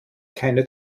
keine